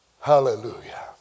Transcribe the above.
hallelujah